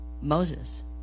moses